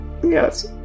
Yes